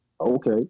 okay